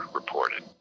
reported